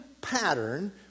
pattern